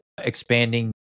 expanding